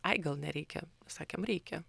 ai gal nereikia sakėm reikia